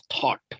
thought